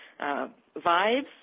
vibes